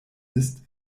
ist